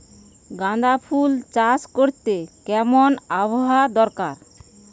গাঁদাফুল চাষ করতে কেমন আবহাওয়া দরকার?